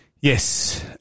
Yes